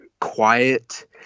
quiet